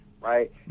right